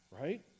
right